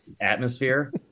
atmosphere